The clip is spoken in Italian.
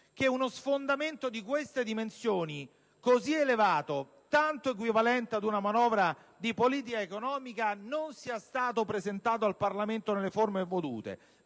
che uno sfondamento di queste dimensioni, così elevato, tanto da essere equivalente ad una manovra di politica economica non sia stato presentato al Parlamento nelle forme dovute.